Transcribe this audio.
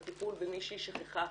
בטיפול במי שהיא שכחה,